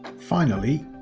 finally,